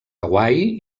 hawaii